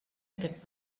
aquest